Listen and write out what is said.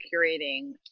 curating